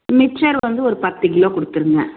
mixture வந்து ஒரு பத்து கிலோ கொடுத்துருங்க